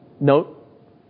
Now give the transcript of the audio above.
Note